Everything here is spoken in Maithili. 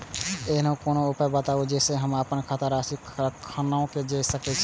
ऐहन कोनो उपाय बताबु जै से हम आपन खाता के राशी कखनो जै सकी?